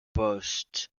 poste